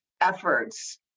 Efforts